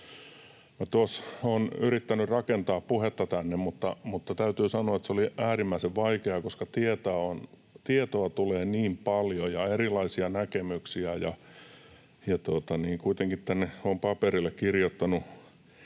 olen yrittänyt rakentaa puhetta tänne, mutta täytyy sanoa, että se oli äärimmäisen vaikeaa, koska tietoa tulee niin paljon ja erilaisia näkemyksiä, ja kuitenkin tänne paperille olen kirjoittanut